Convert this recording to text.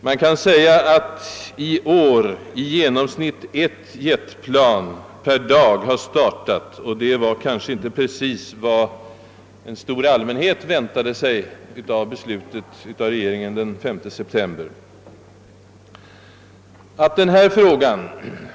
I år kan man sålunda säga att i genomsnitt ett jetplan startar per dag, och detta är kanske inte precis en sifferserie en stor allmänhet väntade sig, sedan den delgavs regeringens beslut, som dock kom först den 5 september och alltså inte förrän efter detta datum kan ha haft någon inverkan på förhållandena i fråga om jettrafiken.